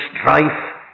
strife